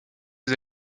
ses